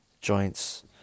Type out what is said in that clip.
joints